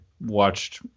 watched